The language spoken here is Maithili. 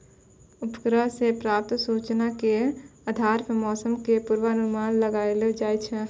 उपग्रह सॅ प्राप्त सूचना के आधार पर मौसम के पूर्वानुमान लगैलो जाय छै